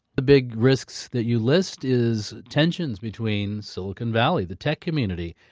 a big risk so that you list is tensions between silicon valley, the tech community,